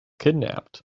kidnapped